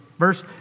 Verse